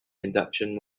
induction